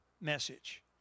message